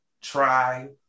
try